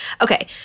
Okay